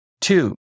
Two